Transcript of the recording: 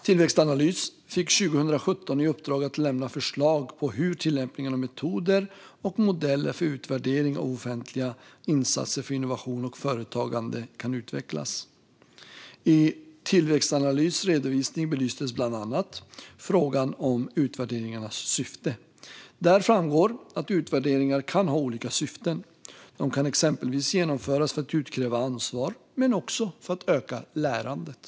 Tillväxtanalys fick 2017 i uppdrag att lämna förslag på hur tillämpningen av metoder och modeller för utvärdering av offentliga insatser för innovation och företagande kan utvecklas. I Tillväxtanalys redovisning belystes bland annat frågan om utvärderingarnas syfte. Där framgår att utvärderingar kan ha olika syften. De kan exempelvis genomföras för att utkräva ansvar men också för att öka lärandet.